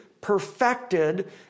perfected